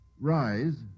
rise